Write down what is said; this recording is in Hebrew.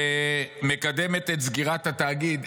שמקדמת את סגירת התאגיד,